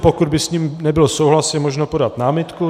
Pokud by s ním nebyl souhlas, je možno podat námitku.